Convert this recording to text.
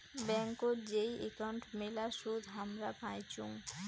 ব্যাংকোত যেই একাউন্ট মেলা সুদ হামরা পাইচুঙ